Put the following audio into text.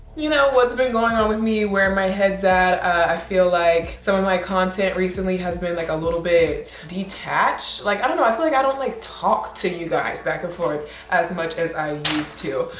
you know, what's been going on with me, where my head's at. i feel like some of my content recently has been like a little bit detached. like, i don't know, i feel like i don't like talk to you guys back and forth as much as i used to.